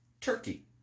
Turkey